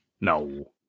No